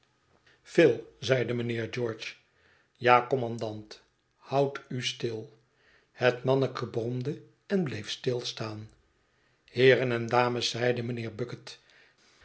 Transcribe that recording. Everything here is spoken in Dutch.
phil i zeide mijnheer george ja kommandant houd u stil het manneke bromde en bleef stilstaan heeren en dames zeide mijnheer